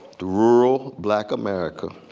the rural, black america.